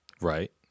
Right